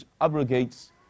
abrogates